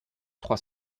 trois